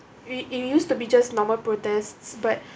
we we used to be just normal protests but